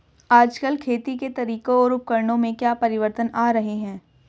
आजकल खेती के तरीकों और उपकरणों में क्या परिवर्तन आ रहें हैं?